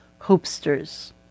hopesters